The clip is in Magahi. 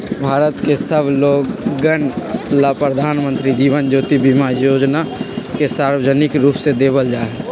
भारत के सब लोगन ला प्रधानमंत्री जीवन ज्योति बीमा योजना के सार्वजनिक रूप से देवल जाहई